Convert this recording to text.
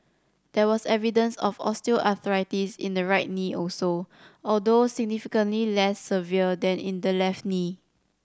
there was evidence of osteoarthritis in the right knee also although significantly less severe than in the left knee